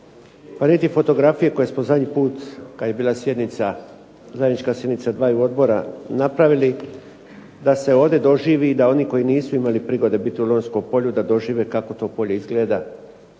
vidite fotografije koje smo zadnji put kad je bila zajednička sjednica dvaju odbora napravili da se ovdje doživi i da oni koji nisu imali prigode biti u Lonjskom polju da dožive kako to polje izgleda,